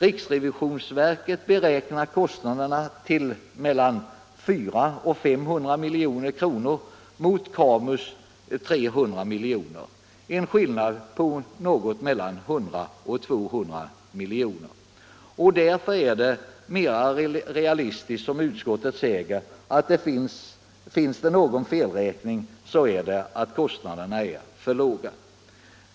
Riksrevisionsverket beräknar kostnaderna till mellan 400 och 500 miljoner mot KAMU:s 300 miljoner — alltså en skillnad på mellan 100 och 200 miljoner. Därför är det mera realistiskt, som utskottet säger, att utgå från att om det förekommer någon felräkning innebär den att kostnaderna satts för lågt.